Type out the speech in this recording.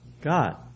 God